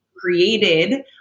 created